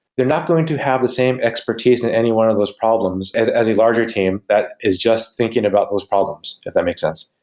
they're not going to have the same expertise in any one of those problems. as as a larger team, that is just thinking about those problems, if that makes sense.